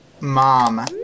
mom